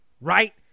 right